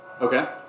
okay